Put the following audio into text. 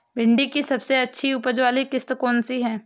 भिंडी की सबसे अच्छी उपज वाली किश्त कौन सी है?